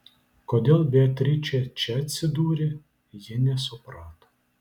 kodėl beatričė čia atsidūrė ji nesuprato